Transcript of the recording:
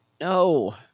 No